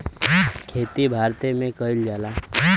खेती भारते मे कइल जाला